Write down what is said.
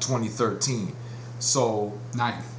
twenty thirteen so